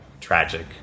tragic